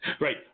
Right